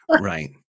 Right